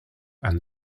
and